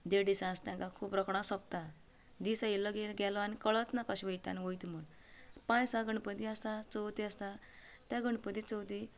देड दिसां आसता खूब रोखडो सोपता दीस येयलो की गेलो आनी कळत ना कशे येता आनी वयता म्हूण पांच दिसा गणपती आसा चवथे आसा त्या गणपतीक चवथीक